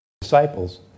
disciples